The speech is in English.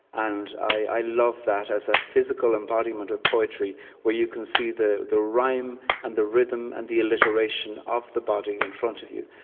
and i love that as a physical embodiment of poetry where you can see the the rhyme and the rhythm and the alliteration of the body in front of you.